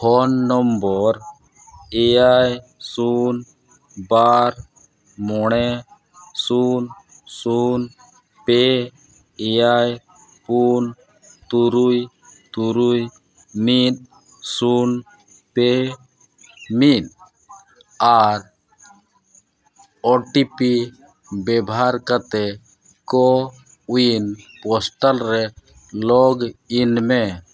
phone number ᱮᱭᱟᱭ ᱥᱩᱱ ᱵᱟᱨ ᱢᱚᱬᱮ ᱥᱩᱱ ᱥᱩᱱ ᱯᱮ ᱮᱭᱟᱭ ᱯᱩᱱ ᱛᱩᱨᱩᱭ ᱛᱩᱨᱩᱭ ᱢᱤᱫ ᱥᱩᱱ ᱯᱮ ᱢᱤᱫ ᱟᱨ ᱳ ᱴᱤ ᱯᱤ ᱵᱮᱵᱚᱦᱟᱨ ᱠᱟᱛᱮᱫ ᱠᱳᱼᱩᱭᱤᱱ ᱯᱨᱚᱴᱟᱞ ᱨᱮ ᱞᱚᱜᱽ ᱤᱱ ᱢᱮ